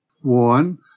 one